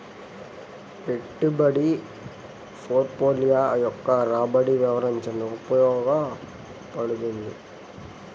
పెట్టుబడి పోర్ట్ఫోలియో యొక్క రాబడిని వివరించడానికి ఉపయోగించబడుతుంది